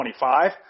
25